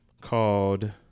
called